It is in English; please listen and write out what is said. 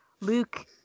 Luke